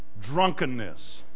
drunkenness